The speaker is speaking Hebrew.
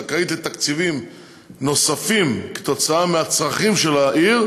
היא הייתה זכאית לתקציבים נוספים כתוצאה מהצרכים של העיר.